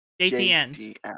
JTN